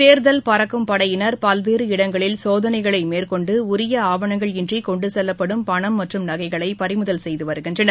தேர்தல் பறக்கும் படையினர் பல்வேறு இடங்களில் சோதனைகளைமேற்கொண்டுடரியஆவணங்கள் இன்றிகொண்டுசெல்லப்படும் பணம் மற்றும் நகைகளைபறிமுதல் செய்துவருகின்றனர்